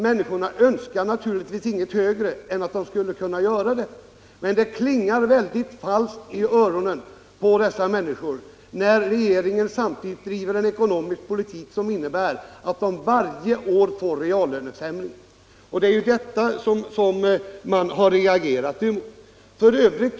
Människorna önskar naturligtvis ingenting högre än att de skulle kunna göra det, men uppmaningen klingar ju falskt i öronen på dessa människor när regeringen samtidigt driver en ekonomisk politik som innebär att de varje år får reallöneförsämringar. Det är detta som man har reagerat emot.